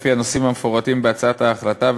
לפי הנושאים המפורטים בהצעת ההחלטה,